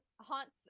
haunts